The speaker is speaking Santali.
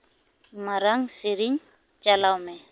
ᱢᱟᱲᱟᱝ ᱥᱮᱨᱮᱧ ᱪᱟᱞᱟᱣ ᱢᱮ